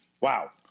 Wow